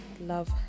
love